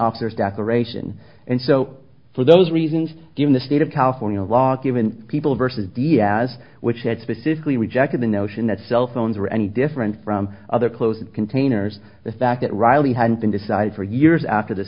officers declaration and so for those reasons given the state of california law given people versus diaz which had specifically rejected the notion that cell phones were any different from other closed containers the fact that reilly had been decided for years after the